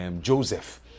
Joseph